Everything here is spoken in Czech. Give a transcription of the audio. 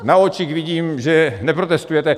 Na očích vidím, že neprotestujete.